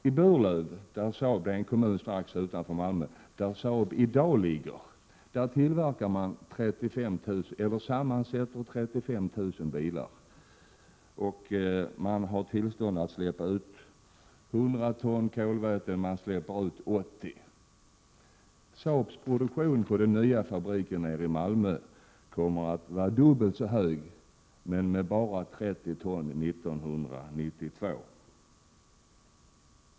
I Burlöv, en kommun strax utanför Malmö, där Saab i dag ligger tillverkas eller sammansätts 35 000 bilar. Man har tillstånd att släppa ut 100 ton kolväten, men man släpper ut bara 80 ton. Saabs produktion vid den nya fabriken nere i Malmö kommer att vara dubbelt så stor, men utsläppen kommer att uppgå till bara 30 ton år 1992.